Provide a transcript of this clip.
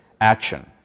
action